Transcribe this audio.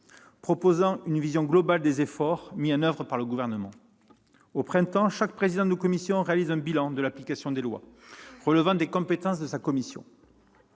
proposant une vision globale des efforts mis en oeuvre par le Gouvernement. Au printemps, chaque président de commission réalise un bilan de l'application des lois relevant des compétences de sa commission.